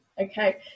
Okay